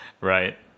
Right